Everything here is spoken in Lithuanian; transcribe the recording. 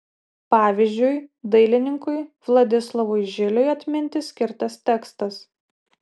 pavyzdžiui dailininkui vladislovui žiliui atminti skirtas tekstas